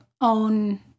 own